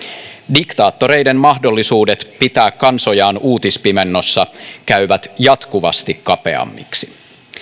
diktaattoreiden mahdollisuudet pitää kansojaan uutispimennossa käyvät jatkuvasti kapeammiksi